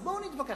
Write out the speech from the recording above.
אז בואו נתווכח,